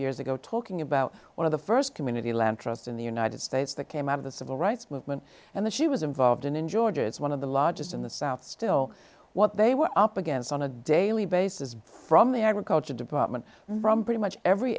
years ago talking about one of the st community land trust in the united states that came out of the civil rights movement and that she was involved in in georgia's one of the largest in the south still what they were up against on a daily basis from the agriculture department from pretty much every